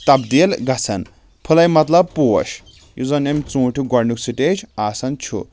تَبدیٖل گژھان پھُلاے مطلب پوش یُس زَن اَمہِ ژوٗنٛٹیُک گۄڈٕ نیُک سِٹیج آسان چھُ